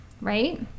right